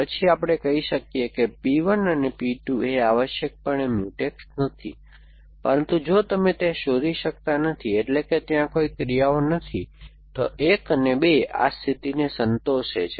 પછી આપણે કહી શકીએ કે p 1 અને p 2 એ આવશ્યકપણે મ્યુટેક્સ નથી પરંતુ જો તમે તે શોધી શકતા નથી એટલેકે ત્યાં કોઈ ક્રિયાઓ નથી તો 1 અને 2 આ સ્થિતિને સંતોષે છે